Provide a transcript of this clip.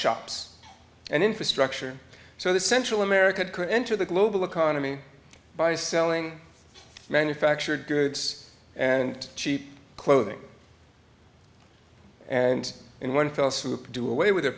shops and infrastructure so the central america could enter the global economy by selling manufactured goods and cheap clothing and in one fell swoop do away with the